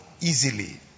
easily